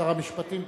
שר המשפטים.